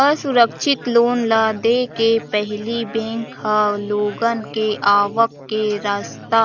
असुरक्छित लोन ल देय के पहिली बेंक ह लोगन के आवक के रस्ता,